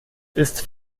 ist